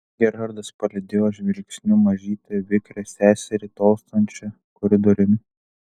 gerhardas palydėjo žvilgsniu mažytę vikrią seserį tolstančią koridoriumi